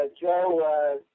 Joe